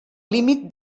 límit